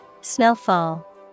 snowfall